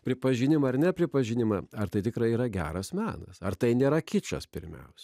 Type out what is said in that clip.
pripažinimą ar nepripažinimą ar tai tikrai yra geras menas ar tai nėra kičas pirmiausia